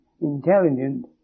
intelligent